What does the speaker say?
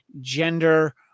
gender